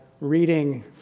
reading